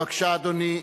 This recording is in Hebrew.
בבקשה, אדוני.